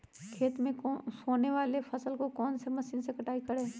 खेत में होने वाले जंगल को कौन से मशीन से कटाई करें?